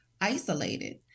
isolated